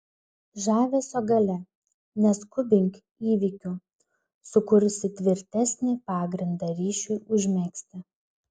žavesio galia neskubink įvykių sukursi tvirtesnį pagrindą ryšiui užmegzti